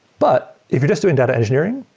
but if you're just doing data engineering,